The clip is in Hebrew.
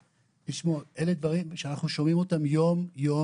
תשמעו אלה דברים שאנחנו שומעים אותם יום-יום,